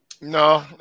No